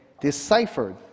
deciphered